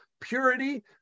purity